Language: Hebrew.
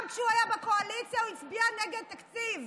גם כשהוא היה בקואליציה, הוא הצביע נגד התקציב.